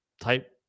type